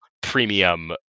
premium